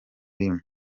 rimwe